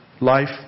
life